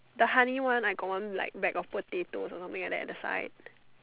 the honey one I got one like bag of potato or something like that the side